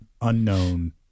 unknown